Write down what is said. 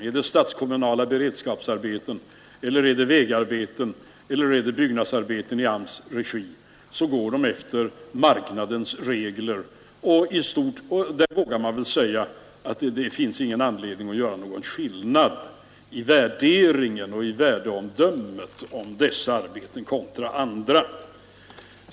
Är det statskommunala beredskapsarbeten eller vägarbeten eller byggnadsarbeten i AMS :s regi går de efter marknadens regler, och jag vågar nog säga att det inte finns anledning att göra någon skillnad i värderingen och värdeomdömet om dessa arbeten kontra andra.